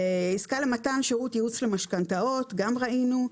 עסקה למתן שירות ייעוץ למשכנתאות, גם ראינו.